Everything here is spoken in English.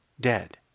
dead